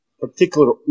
particular